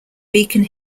beacon